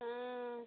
हाँ